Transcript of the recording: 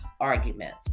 arguments